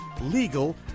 legal